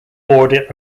border